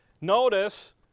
notice